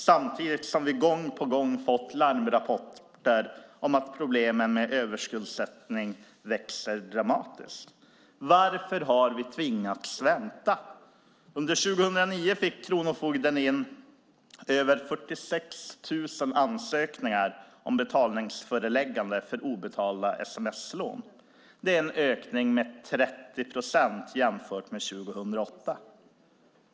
Samtidigt har vi gång på gång fått larmrapporter om att problemen med överskuldsättning växer dramatiskt. Varför har vi tvingats vänta? Under 2009 fick kronofogden in över 46 000 ansökningar om betalningsföreläggande för obetalda sms-lån. Det är en ökning med 30 procent jämfört med 2008.